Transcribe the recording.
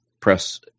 press